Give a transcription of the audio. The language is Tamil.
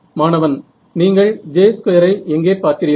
மாணவன் நீங்கள் j2 ஐ எங்கே பார்க்கிறீர்கள்